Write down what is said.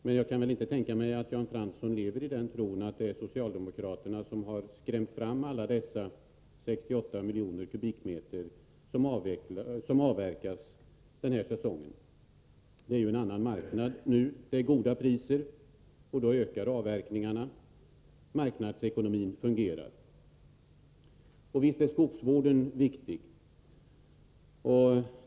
Men jag kan inte tänka mig att Jan Fransson lever i den tron att det är socialdemokraterna som har skrämt fram alla de 68 miljoner m? som avverkas under den här säsongen. Det är en annan marknad nu än tidigare. Det är goda priser, och då ökar avverkningen. Marknadsekonomin fungerar. Och visst är skogsvården viktig.